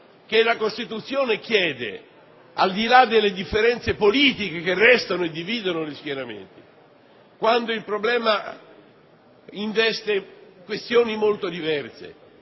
che la Costituzione chiede al di là delle differenze politiche, che restano e dividono gli schieramenti, quando il problema investe questioni molto diverse,